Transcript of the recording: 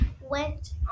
went